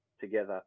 together